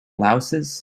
louses